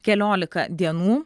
keliolika dienų